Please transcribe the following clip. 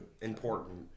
important